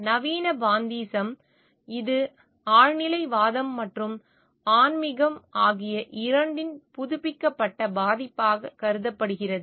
நவீன பாந்தீசம் இது ஆழ்நிலைவாதம் மற்றும் ஆன்மிசம் ஆகிய இரண்டின் புதுப்பிக்கப்பட்ட பதிப்பாக கருதப்படுகிறது